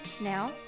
Now